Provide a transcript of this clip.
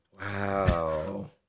Wow